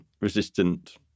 resistant